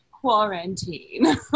quarantine